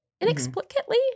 Inexplicably